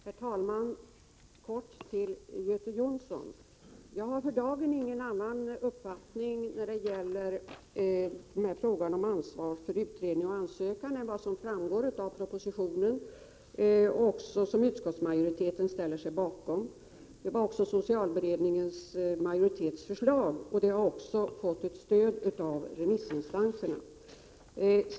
Herr talman! Kort till Göte Jonsson: Jag har för dagen ingen annan uppfattning när det gäller frågan om ansvar för utredning och ansökan än vad som framgår av propositionen. Här ansluter sig också utskottsmajoriteten. Det är här fråga om förslaget från socialberedningens majoritet, som också har fått stöd från remissinstanserna.